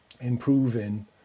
improving